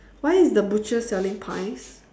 why is the butcher selling pies